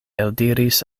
eldiris